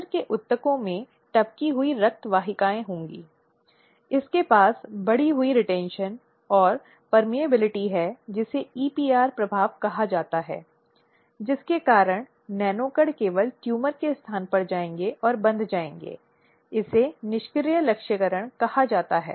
slide समय देखें 0634 प्राधिकरण के निर्णय से इसलिए कि यदि समुदाय या जो भी निर्णय समुदाय तक पहुंचता है अगर पीड़ित या यहां तक कि प्रतिवादी निर्णय से संतुष्ट नहीं है तो अधिकार के निर्णय के खिलाफ अपील करने के लिए 2013c श्रेणी में प्रावधान है